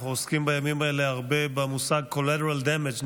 אנחנו עוסקים בימים האלה הרבה במושג collateral damage,